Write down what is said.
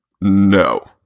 no